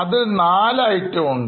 അതിൽ 4 items ഉണ്ട്